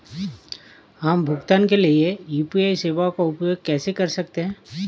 हम भुगतान के लिए यू.पी.आई सेवाओं का उपयोग कैसे कर सकते हैं?